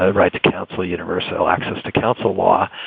ah right to counsel universal access to counsel law,